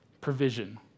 provision